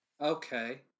Okay